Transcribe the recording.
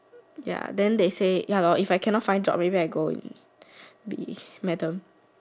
ya then they say ya lor if I cannot find job already then I go in be madam